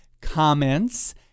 comments